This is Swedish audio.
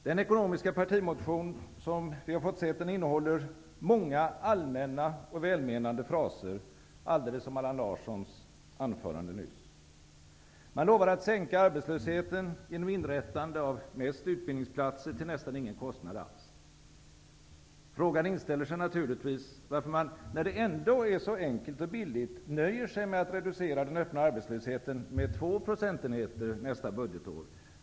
Den ekonomiska partimotionen innehåller många allmänna och välmenande fraser, alldeles som i Allan Larssons anförande nyss. Man lovar att minska arbetslösheten genom inrättande av mest utbildningsplatser till nästan ingen kostnad alls. Frågan inställer sig naturligtvis varför man, när det ändå är så enkelt och billigt, nöjer sig med att reducera den öppna arbetslösheten med två procentenheter nästa budgetår.